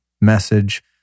message